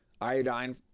iodine